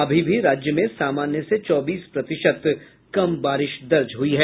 अभी भी राज्य में सामान्य से चौबीस प्रतिशत कम बारिश दर्ज हुई है